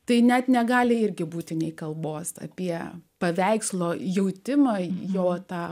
tai net negali irgi būti nė kalbos apie paveikslo jutimai jo tau